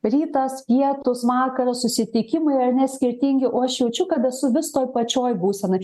rytas pietūs vakaro susitikimai ar ne skirtingi o aš jaučiu kad esu vis toj pačioj būsenoj